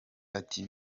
ati